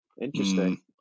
Interesting